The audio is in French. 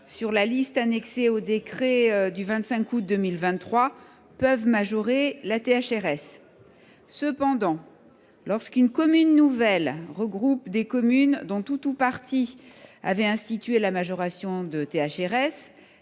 sur la liste annexée au décret du 25 août 2023 peuvent majorer la THRS. Cependant, lorsqu’une commune nouvelle regroupe des communes dont certaines avaient institué la majoration de THRS,